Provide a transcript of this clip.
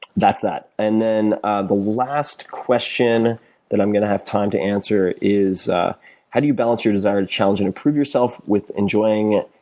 that's that. and then the last question that i'm going to have time to answer is ah how do you balance your desire to challenge and improve yourself with enjoying